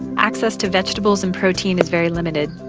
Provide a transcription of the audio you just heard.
access to vegetables and protein is very limited.